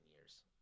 years